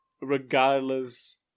regardless